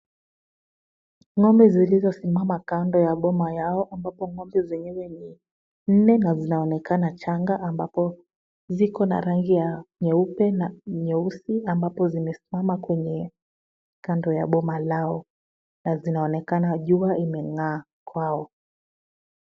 Ng'ombe zilizosimama kando ya boma yao ambapo ng'ombe zingine ni nne na zinaonekana changa ambapo zikona rangi ya nyeupe na nyeusi ambapo zimesimama kando ya boma lao na zinaonekana jua imeng'aa kwao.